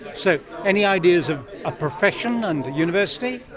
so any ideas of a profession and university?